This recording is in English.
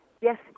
yes